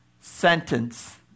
sentence